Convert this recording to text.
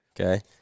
Okay